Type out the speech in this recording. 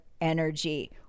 energy